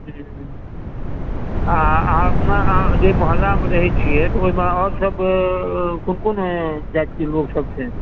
आ अपने जाहि मोहल्ला मे रहै छियै ओहि मे और कोन कोन जाति के लोक सब छै